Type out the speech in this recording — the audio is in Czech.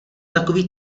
takový